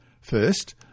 First